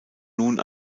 nun